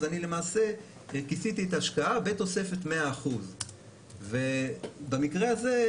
אז אני למעשה כיסיתי את ההשקעה בתוספת 100%. במקרה הזה,